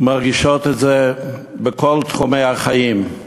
מרגישות את זה בכל תחומי החיים,